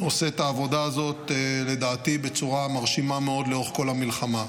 עושים את העבודה הזאת לדעתי בצורה מרשימה מאוד לאורך כל המלחמה.